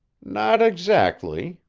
not exactly,